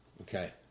Okay